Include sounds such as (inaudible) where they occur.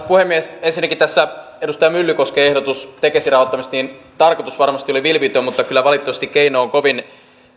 (unintelligible) puhemies ensinnäkin tämä edustaja myllykosken ehdotus tekesin rahoittamisesta tarkoitus varmasti oli vilpitön mutta kyllä valitettavasti keino on kovin